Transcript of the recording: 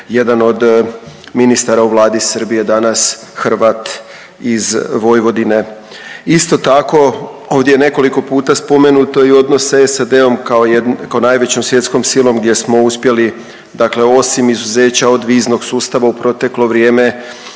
jedan od ministara u Vladi Srbije danas, Hrvat iz Vojvodine. Isto tako, ovdje je nekoliko puta spomenuto i odnos sa SAD-om kao jedno, kao najvećom svjetskom silom gdje smo uspjeli, dakle osim izuzeća od viznog sustava u proteklo vrijeme